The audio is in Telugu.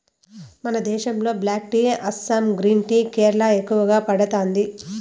మన దేశంలో black tea Assam green tea Kerala ఎక్కువగా పండతాండాది